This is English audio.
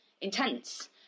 intense